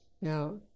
Now